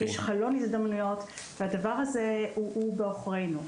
יש חלון הזדמנויות והדבר הזה הוא בעוכרנו,